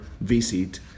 visit